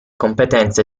competenze